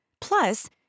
Plus